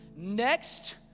next